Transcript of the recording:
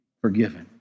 forgiven